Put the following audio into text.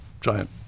giant